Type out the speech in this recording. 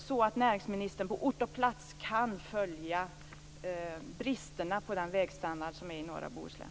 Då kan näringsministern på ort och plats följa bristerna på den vägsträcka som finns i norra Bohuslän.